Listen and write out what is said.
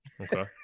Okay